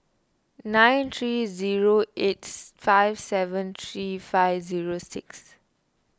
nine three zero eight five seven three five zero six